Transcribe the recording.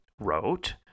wrote